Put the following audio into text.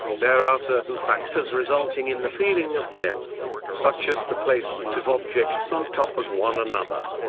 there are certain factors resulting in the feeling of depth, such as the placement of objects on top of one another,